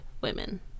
women